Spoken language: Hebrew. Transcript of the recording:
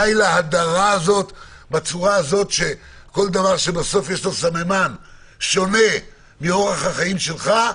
די להדרה הזאת כך שכל דבר שיש לו סממן שונה מאורח החיים שלך,